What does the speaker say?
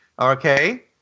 Okay